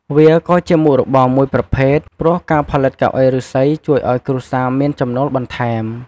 វាក៏ជាមុខរបរមួយប្រភេទ ព្រោះការផលិតកៅអីឫស្សីជួយឲ្យគ្រួសារមានចំណូលបន្ថែម។